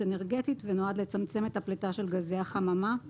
אנרגתית ונועד לצמצם את הפליטה של גזי החממה מאוניות.